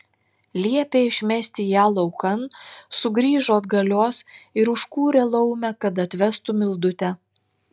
liepė išmesti ją laukan sugrįžo atgalios ir užkūrė laumę kad atvestų mildutę